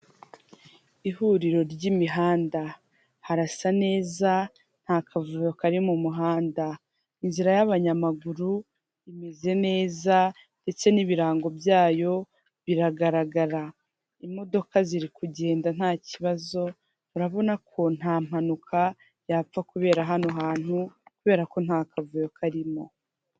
Icyangombwa cyerekana ibigomba kwishyurwa hakurikijwe amategeko cy'urwego rushinzwe imisoro n'amahoro mu Rwanda, Rwanda reveni otoriti.